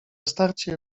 starcie